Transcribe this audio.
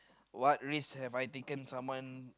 what risk have I taken someone